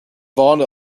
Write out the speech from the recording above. vonda